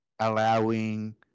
allowing